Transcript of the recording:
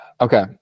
Okay